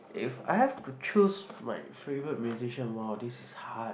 if I have to choose my favourite musician !wow! this is hard